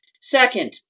Second